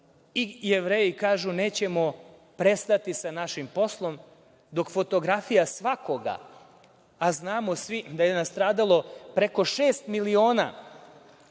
Jevreji kažu – nećemo prestati sa našim poslom dok fotografija svakoga, a znamo svi da je nastradalo preko šest miliona